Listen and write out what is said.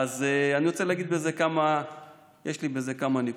יש לי בזה כמה נקודות.